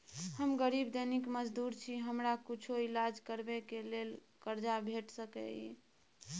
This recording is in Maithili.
हम गरीब दैनिक मजदूर छी, हमरा कुछो ईलाज करबै के लेल कर्जा भेट सकै इ?